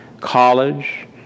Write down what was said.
college